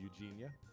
Eugenia